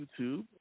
YouTube